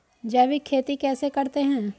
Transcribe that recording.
जैविक खेती कैसे करते हैं?